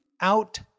out